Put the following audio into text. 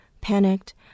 Panicked